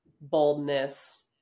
boldness